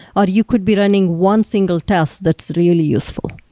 or you could be running one single test that's really useful.